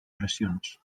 oracions